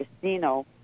casino